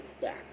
back